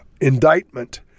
indictment